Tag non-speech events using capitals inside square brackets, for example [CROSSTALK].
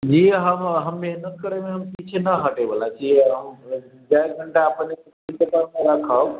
जी हम हम मेहनत करै मे हम पीछे न हटै वला छियै चारि घंटा अपन [UNINTELLIGIBLE]